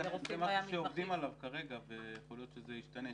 זה משהו שעובדים עליו כרגע ויכול להיות שזה ישתנה.